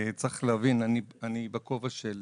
צריך להבין, אני בכובע של